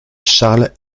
charles